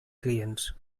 clients